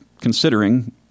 considering